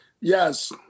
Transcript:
Yes